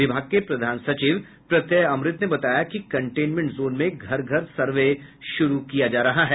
विभाग के प्रधान सचिव प्रत्यय अमृत ने बताया कि कंटेनमेंट जोन में घर घर सर्वे शुरू किया जा रहा है